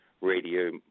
radio